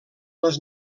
les